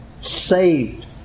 saved